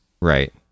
Right